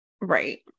Right